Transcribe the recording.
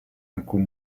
alcun